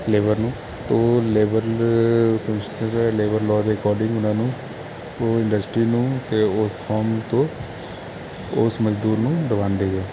ਲੇਵਰ ਨੂੰ ਤੋ labour commissioner labour law ਦੇ ਅਕੋਰਡਿੰਗ ਉਹਨਾਂ ਨੂੰ ਉਹ ਇੰਡਸਟਰੀ ਨੂੰ ਅਤੇ ਉਹ ਫਰਮ ਤੋਂ ਉਸ ਮਜ਼ਦੂਰ ਨੂੰ ਦਵਾਉਂਦੇ ਗੇ